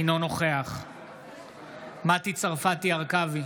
אינו נוכח מטי צרפתי הרכבי,